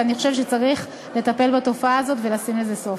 ואני חושבת שצריך לטפל בתופעה הזאת ולשים לזה סוף.